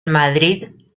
madrid